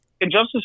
Injustice